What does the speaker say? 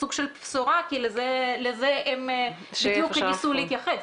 סוג של בשורה כי לזה הם בדיוק ניסו להתייחס.